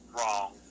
wrong